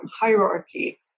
hierarchy